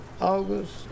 August